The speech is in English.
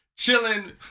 Chilling